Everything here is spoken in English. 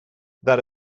that